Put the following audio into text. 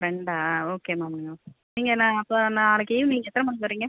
ஃப்ரெண்டா okay ma'am நீங்கள் நான் அப்போ நாளைக்கு ஈவ்னிங் எத்தனை மணிக்கு வரீங்க